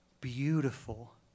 beautiful